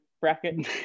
bracket